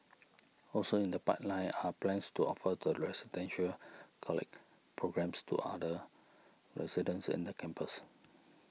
also in the pipeline are plans to offer the Residential College programmes to other residences in the campus